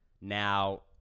Now